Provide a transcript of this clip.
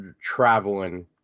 traveling